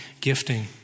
gifting